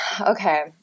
Okay